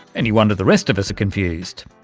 any wonder the rest of us are confused.